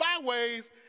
byways